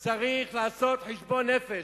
צריך לעשות חשבון נפש,